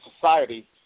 society